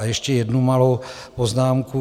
Ještě jednu malou poznámku.